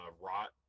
rot